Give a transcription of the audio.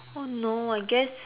oh no I guess